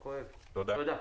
תודה.